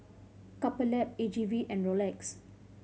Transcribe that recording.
Couple Lab A G V and Rolex